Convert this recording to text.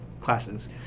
classes